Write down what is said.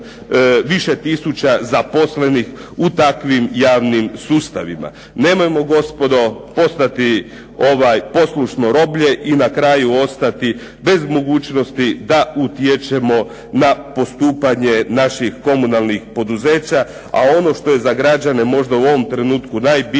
više tisuća zaposlenih u takvim javnim sustavima. Nemojmo gospodo postati poslušno roblje i na kraju ostati bez mogućnosti da utječemo na postupanje naših komunalnih poduzeća. A ono što je za građane u ovom trenutku najbitnije,